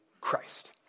Christ